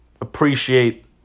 appreciate